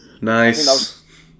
Nice